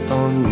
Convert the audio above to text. on